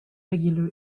regular